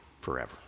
forever